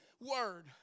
word